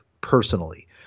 personally